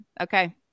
okay